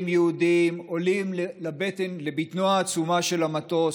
יהודים עולים לבטנו העצומה של המטוס